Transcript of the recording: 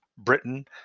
Britain